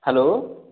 hello